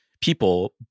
people